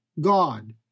God